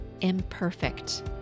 imperfect